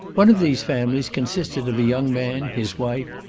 one of these families consisted of a young man, his wife,